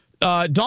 Don